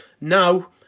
Now